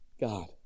God